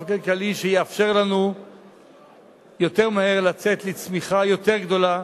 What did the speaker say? כלכלי שיאפשר לנו לצאת מהר יותר לצמיחה יותר גדולה,